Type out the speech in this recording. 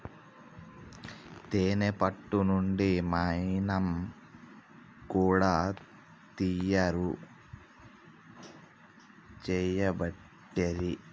తేనే పట్టు నుండి మైనం కూడా తయారు చేయబట్టిరి